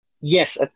Yes